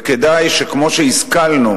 וכדאי שכמו שהשכלנו,